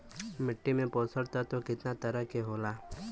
मिट्टी में पोषक तत्व कितना तरह के होला?